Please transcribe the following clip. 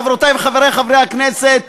חברותי וחברי חברי הכנסת,